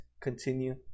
continue